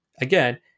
Again